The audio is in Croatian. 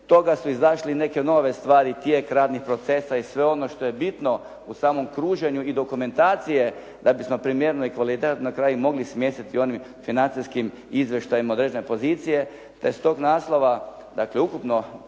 toga su izašle neke nove stvari, tijek radnih procesa i sve ono što je bitno u samom kruženju i dokumentacije kad bismo primijenili …/Govornik se ne razumije./… na kraju mogli smjestiti u onim financijskim izvještajima određene pozicije te s tog naslova dakle ukupno